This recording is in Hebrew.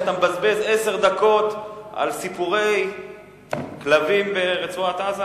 שאתה מבזבז עשר דקות על סיפורי כלבים ברצועת-עזה?